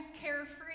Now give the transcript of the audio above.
carefree